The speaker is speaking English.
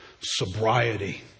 sobriety